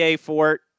Fort